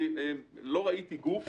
לא ראיתי גוף